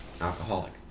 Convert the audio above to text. alcoholic